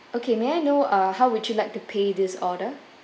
okay may I know uh how would you like to pay this order